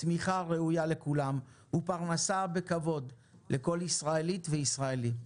צמיחה ראויה לכולם ופרנסה בכבוד לכל ישראלית וישראלי.